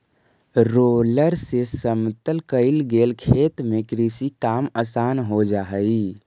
roller से समतल कईल गेल खेत में कृषि काम आसान हो जा हई